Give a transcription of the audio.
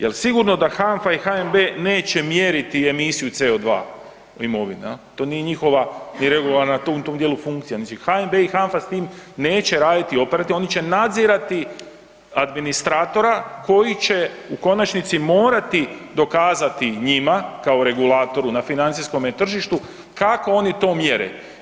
Jer sigurno da HANFA i HNB neće mjeriti emisiju CO2 u imovine, jel, to nije njihova i regularna, u tom djelu funkcija, znači HNB i HANFA s tim neće raditi operativno, oni će nadzirati administratora koji će u konačnici morati dokazati njima kao regulatoru na financijskome tržištu, kako oni to mjere.